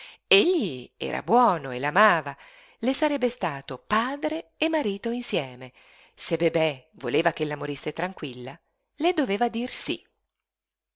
sacrifizii egli era buono e l'amava le sarebbe stato padre e marito insieme se bebè voleva ch'ella morisse tranquilla le doveva dir